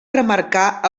remarcar